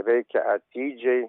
reikia atidžiai